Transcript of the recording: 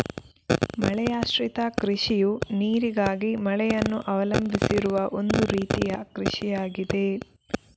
ಮಳೆಯಾಶ್ರಿತ ಕೃಷಿಯು ನೀರಿಗಾಗಿ ಮಳೆಯನ್ನು ಅವಲಂಬಿಸಿರುವ ಒಂದು ರೀತಿಯ ಕೃಷಿಯಾಗಿದೆ